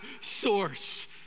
source